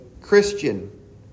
Christian